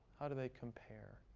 how do they compare?